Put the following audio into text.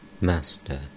Master